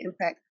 impact